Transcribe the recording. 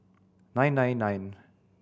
nine nine nine